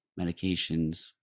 medications